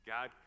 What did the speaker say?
God